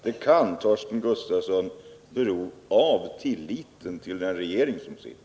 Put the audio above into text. Det kan, Torsten Gustafsson, bero på tilliten till den sittande regeringen.